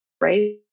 right